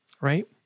Right